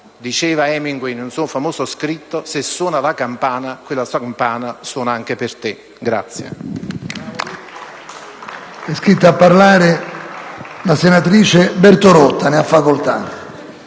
Diceva Hemingway in un suo famoso scritto: se suona la campana, quella campana suona anche per te.